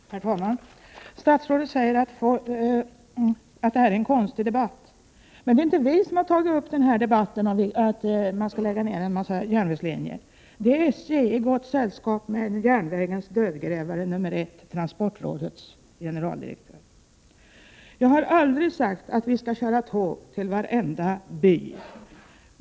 Herr talman! Statsrådet säger att detta är en konstig debatt, men det är inte vi som tagit upp debatten om att lägga ned en massa järnvägslinjer. Det är SJ i gott sällskap med järnvägens dödgrävare nummer ett, transportrådets generaldirektör. Jag har aldrig sagt att vi skall köra tåg till varenda by.